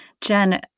Jen